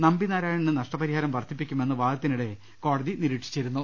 നമ്പി നാർായ്ണന് നഷ്ട പരിഹാരം വർധിപ്പിക്കുമെന്ന് വാദത്തിനിടെ കോടതി നിരീക്ഷി ച്ചിരുന്നു